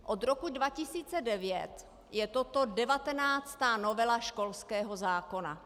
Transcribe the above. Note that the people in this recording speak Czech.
Od roku 2009 je toto 19. novela školského zákona.